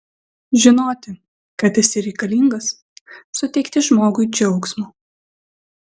žinoti kad esi reikalingas suteikti žmogui džiaugsmo